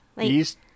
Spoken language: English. East